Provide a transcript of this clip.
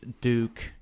Duke